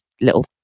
little